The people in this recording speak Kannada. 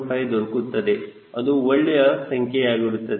5 ದೊರಕುತ್ತದೆ ಅದು ಒಳ್ಳೆಯ ಸಂಖ್ಯೆಯಾಗಿರುತ್ತದೆ